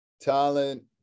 talent